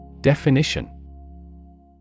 Definition